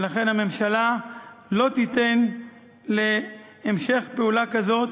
ולכן הממשלה לא תיתן, להמשך פעולה כזאת,